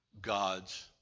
God's